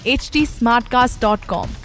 htsmartcast.com